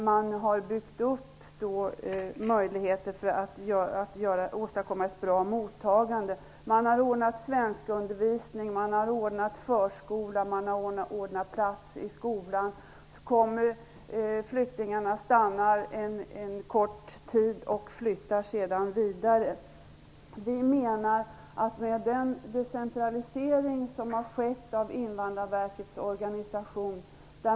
De har byggt upp möjligheter att åstadkomma ett bra mottagande. De har ordnat svenskundervisning, förskola och platser i skolan. Flyktingarna stannar en kort tid och flyttar sedan vidare. Det har skett en decentralisering av Invandrarverkets organisation.